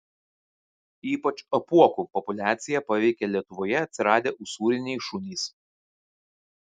ypač apuokų populiaciją paveikė lietuvoje atsiradę usūriniai šunys